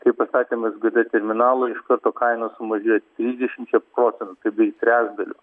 kai pastatėm sgd terminalą iš karto kaina sumažėjo trisdešimčia procentų tai beveik trečdaliu